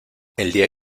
día